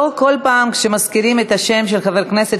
לא כל פעם שמזכירים את השם של חבר כנסת